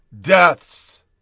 deaths